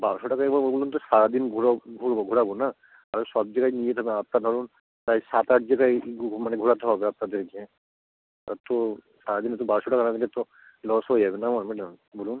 বারোশো টাকায় এবার বলুন তো সারা দিন ঘুরবো ঘোরাবো না তাহলে সব জায়গায় নিয়ে যেতে হবে আপনার ধরুন প্রায় সাত আট জায়গায় মানে ঘোরাতে হবে আপনাদেরকে তার তো সারা দিনে তো বারোশো টাকা না দিলে তো লস হয়ে যাবে না আমার ম্যাডাম বলুন